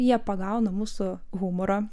jie pagauna mūsų humorą